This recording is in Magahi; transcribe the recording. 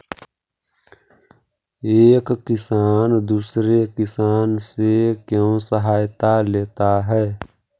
एक किसान दूसरे किसान से क्यों सहायता लेता है?